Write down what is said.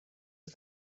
was